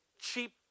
cheap